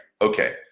Okay